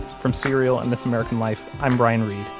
from serial and this american life, i'm brian reed.